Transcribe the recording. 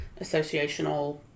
Associational